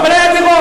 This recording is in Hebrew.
אבל היו דירות.